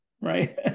right